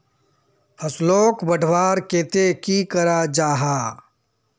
फसलोक बढ़वार केते की करा जाहा?